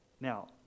Now